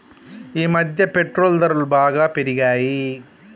ఈమధ్య పెట్రోల్ ధరలు బాగా పెరిగాయి